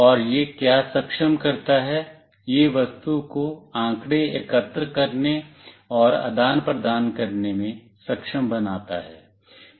और यह क्या सक्षम करता है यह वस्तु को आंकड़े एकत्र करने और आदान प्रदान करने में सक्षम बनाता है